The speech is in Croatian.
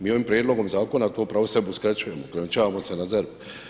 Mi ovim prijedlogom zakona to pravo sebi uskraćujemo, ograničavamo se na ZERPA.